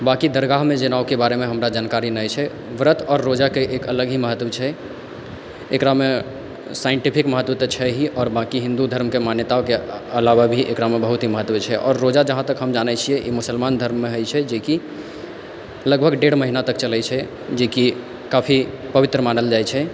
बाँकी दरगाहमे जनेउके बारेमे हमरा जानकारी नहि छै व्रत आओर रोजाके एक अलग ही महत्व छै एकरामे साइंटिफिक महत्व तऽ छै ही आओर बाकी हिन्दू धर्मके मान्यताओके अलावा भी एकरामे बहुत ही महत्व छै आओर रोजा जहाँतक हम जानै छियै ई मुसलमान धर्ममे होइ छै जेकी लगभग डेढ़ महीना तक चलै छै जेकी काफी पवित्र मानल जाइ छै